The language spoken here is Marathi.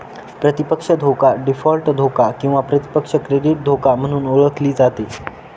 प्रतिपक्ष धोका डीफॉल्ट धोका किंवा प्रतिपक्ष क्रेडिट धोका म्हणून ओळखली जाते